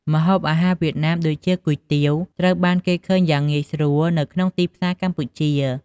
ម្ហូបអាហារវៀតណាមដូចជាគុយទាវត្រូវបានគេឃើញយ៉ាងងាយស្រួលនៅក្នុងទីផ្សារកម្ពុជា។